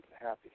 happy